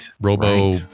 Robo